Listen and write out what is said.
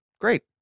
great